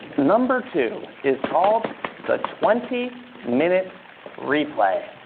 number two is called the twenty minute replay.